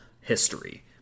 history